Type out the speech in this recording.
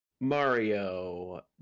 mario